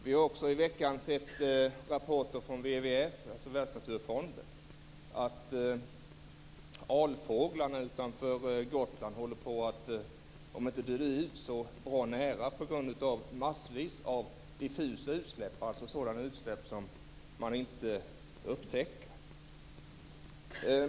Vi har också i veckan sett rapporter från WWF, alltså Världsnaturfonden, om att alfåglarna utanför Gotland håller på att - om inte dö ut så i varje fall bra nära - på grund av massvis av diffusa utsläpp, alltså sådana utsläpp som man inte upptäcker.